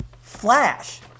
Flash